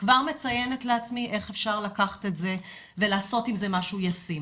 כבר מציינת לעצמי איך אפשר לקחת את זה ולעשות עם זה משהו ישים.